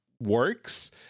works